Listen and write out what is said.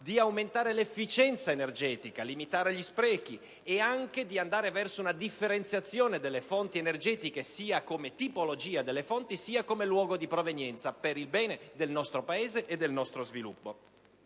di aumentare l'efficienza energetica, di limitare gli sprechi e anche di andare verso una differenziazione delle fonti energetiche sia come tipologia delle stesse sia come luogo di provenienza, per il bene del nostro Paese e del nostro sviluppo.